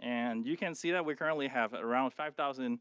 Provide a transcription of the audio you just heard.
and you can see that we currently have around five thousand